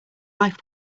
life